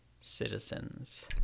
citizens